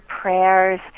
prayers